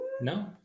No